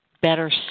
better